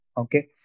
Okay